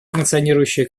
функционирующей